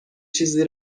چیزی